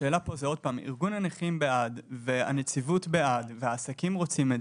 ארגון הנכים בעד, הנציבות בעד והעסקים רוצים את